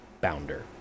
Bounder